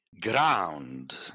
ground